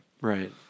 Right